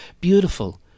beautiful